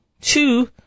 Two